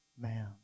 Man